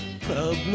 problem